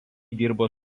dirbo